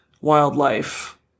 wildlife